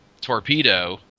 torpedo